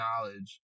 knowledge